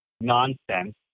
nonsense